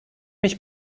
mich